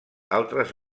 altres